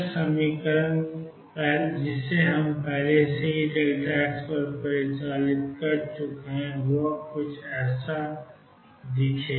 2Δxx जिसे हम पहले ही x पर परिकलित कर चुके हैं x और 2x अब 2V2Δx Eψ के बराबर होने के लिए अद्यतन किया गया है